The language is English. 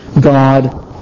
God